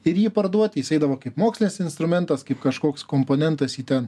ir jį parduoti jis eidavo kaip mokslinis instrumentas kaip kažkoks komponentas į ten